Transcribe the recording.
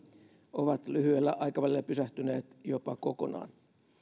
ovat lyhyellä aikavälillä pysähtyneet jopa kokonaan